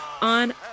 on